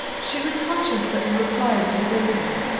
she was conscious that the reply was evasive,